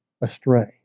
astray